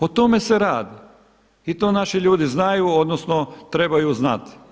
O tome se radi i to naši ljudi znaju, odnosno trebaju znati.